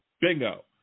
Bingo